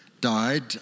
died